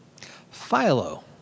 Philo